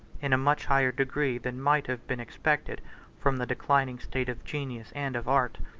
in a much higher degree than might have been expected from the declining state of genius, and of art.